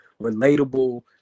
relatable